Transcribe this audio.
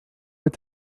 est